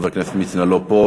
אני חושב שחבר הכנסת מצנע לא פה.